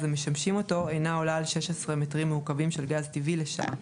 המשמשים אותו אינה עולה על 16 מטרים מעוקבים של גז טבעי לשעה."